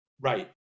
Right